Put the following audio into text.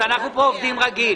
עובדים כאן רגיל.